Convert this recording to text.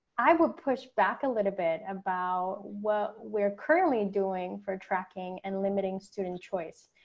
i will push back a little bit about what we're currently doing for tracking and limiting student choice.